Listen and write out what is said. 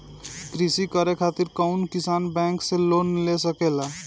कृषी करे खातिर कउन किसान बैंक से लोन ले सकेला?